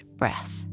breath